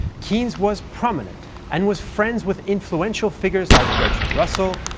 keynes was prominent, and was friends with influential figures like bertrand russell,